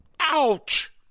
Ouch